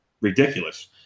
ridiculous